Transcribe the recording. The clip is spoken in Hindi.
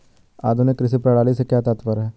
आधुनिक कृषि प्रणाली से क्या तात्पर्य है?